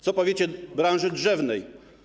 Co powiecie branży drzewnej?